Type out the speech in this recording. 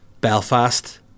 Belfast